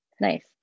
Nice